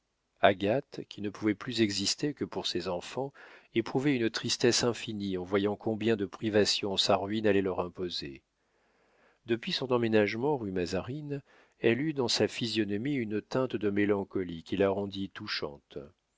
agathe qui ne pouvait plus exister que pour ses enfants éprouvait une tristesse infinie en voyant combien de privations sa ruine allait leur imposer depuis son emménagement rue mazarine elle eut dans sa physionomie une teinte de mélancolie qui la rendit touchante